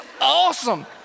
awesome